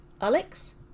Alex